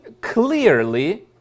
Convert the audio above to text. clearly